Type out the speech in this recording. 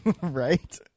Right